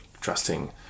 trusting